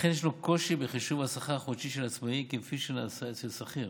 לכן יש לו קושי בחישוב השכר החודשי של עצמאי כפי שהדבר נעשה אצל שכיר.